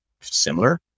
similar